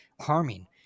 harming